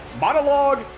monologue